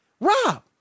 Rob